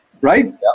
right